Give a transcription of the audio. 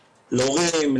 להורים,